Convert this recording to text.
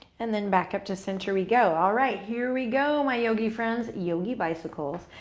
and then back up to center we go. all right! here we go, my yogi friends, yogi bicycles.